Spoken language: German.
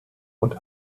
und